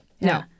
no